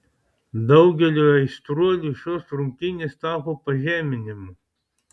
daugeliui aistruolių šios rungtynės tapo pažeminimu